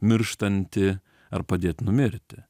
mirštantį ar padėt numirti